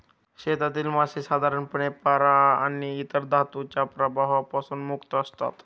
शेतातील मासे साधारणपणे पारा आणि इतर धातूंच्या प्रभावापासून मुक्त असतात